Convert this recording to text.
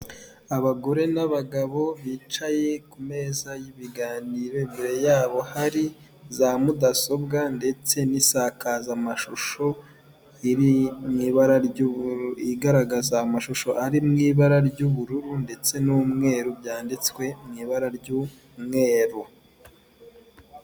Abagore n'abagabo bicaye ku meza y'ibiganiro, imbere yabo hari za mudasobwa ndetse n'insakazamashusho riri mu ibara ry'ubururu, igaragaza amashusho mu ibara ry'ubururu ndetse n'umweru byanditswe mu ibara ry'umweru